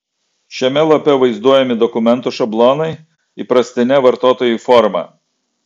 šiame lape vaizduojami dokumentų šablonai įprastine vartotojui forma